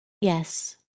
Yes